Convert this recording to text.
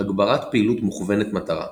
הגברת פעילות מוכוונת מטרה,